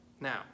Now